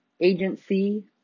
agency